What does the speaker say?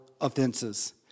offenses